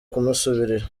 kumusubirira